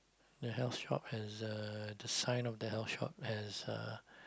the health shop has uh the sign of the health shop has uh